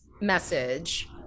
message